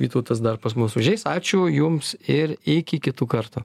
vytautas dar pas mus užeis ačiū jums ir iki kitų karto